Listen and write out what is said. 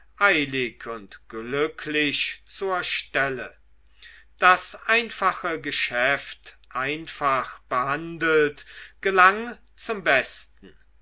eilig und glücklich zur stelle das einfache geschäft einfach behandelt gelang zum besten